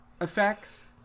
effects